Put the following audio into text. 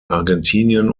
argentinien